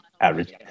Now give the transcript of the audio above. average